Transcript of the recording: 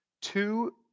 Two